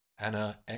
Anna